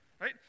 right